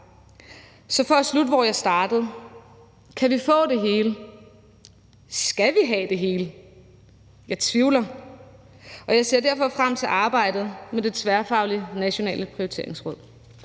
Så for at slutte, hvor jeg startede, vil jeg spørge: Kan vi få det hele? Skal vi have det hele? Jeg tvivler. Og jeg ser derfor frem til arbejdet med det tværfaglige nationale prioriteringsråd.